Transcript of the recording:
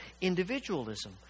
individualism